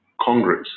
Congress